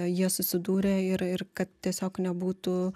jie susidūrė ir ir kad tiesiog nebūtų